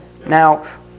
Now